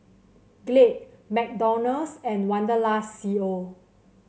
Glade McDonald's and Wanderlust C O